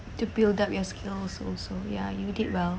to build up your skills also ya you did well